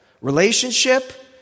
Relationship